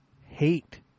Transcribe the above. hate